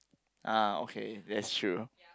ah okay that's true